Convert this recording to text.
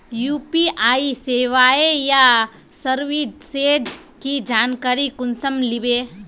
UPI सेवाएँ या services की जानकारी कुंसम मिलबे?